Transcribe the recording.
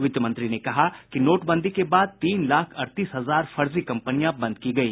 वित्त मंत्री ने कहा कि नोटबंदी के बाद तीन लाख अड़तीस हजार फर्जी कंपनियां बंद की गयी